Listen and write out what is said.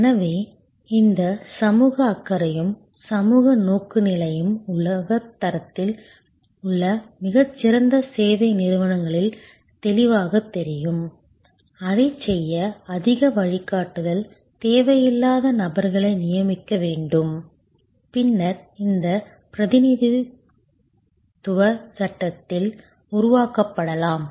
எனவே இந்த சமூக அக்கறையும் சமூக நோக்குநிலையும் உலகத் தரத்தில் உள்ள மிகச் சிறந்த சேவை நிறுவனங்களில் தெளிவாகத் தெரியும் அதைச் செய்ய அதிக வழிகாட்டுதல் தேவையில்லாத நபர்களை நியமிக்க வேண்டும் பின்னர் இந்த பிரதிநிதித்துவ சட்டத்தில் உருவாக்கப்படலாம்